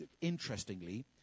interestingly